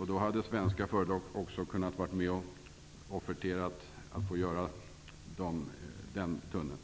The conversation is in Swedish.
Om man valt en sådan hade också svenska företag kunnat vara med och lägga anbud på att bygga tunneln.